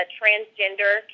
transgender